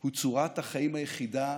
הוא צורת החיים היחידה